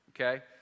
okay